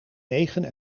negen